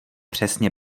přesně